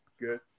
Good